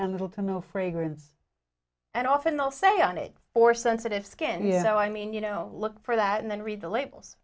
and little to no fragrance and often they'll say on it or sensitive skin you know i mean you know look for that and then read the labels